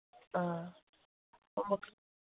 ꯑꯥ